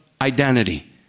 identity